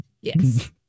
Yes